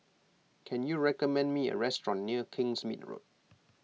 can you recommend me a restaurant near Kingsmead Road